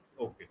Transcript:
Okay